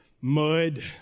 Mud